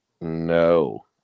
No